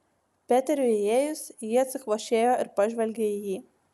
peteriui įėjus ji atsikvošėjo ir pažvelgė į jį